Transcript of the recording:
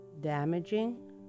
damaging